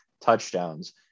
touchdowns